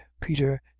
peter